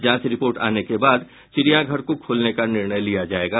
जांच रिपोर्ट आने के बाद चिड़ियांघर को खोलने का निर्णय लिया जायेगा